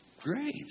Great